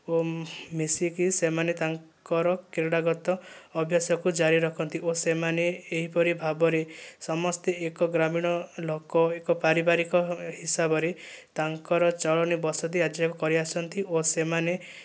ଓ ମିଶିକି ସେମାନେ ତାଙ୍କର କ୍ରୀଡ଼ାଗତ ଅଭ୍ୟାସକୁ ଜାରି ରଖନ୍ତି ଓ ସେମାନେ ଏହିପରି ଭାବରେ ସମସ୍ତେ ଏକ ଗ୍ରାମୀଣ ଲୋକ ଏକ ପାରିବାରିକ ହିସାବରେ ତାଙ୍କର ଚଳନି ବସତି ଆଜି କରିଆସିଛନ୍ତି ଓ ସେମାନେ